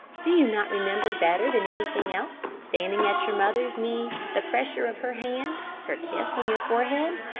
do you not remember better than anything else, standing at your mother's knee the pressure of her hand, her kiss on your forehead?